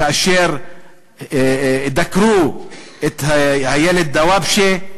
כאשר דקרו את הילד דוואבשה.